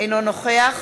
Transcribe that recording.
אינו נוכח